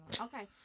Okay